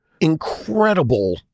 incredible